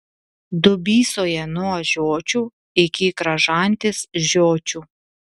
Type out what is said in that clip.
dubysoje nuo žiočių iki kražantės žiočių